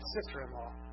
sister-in-law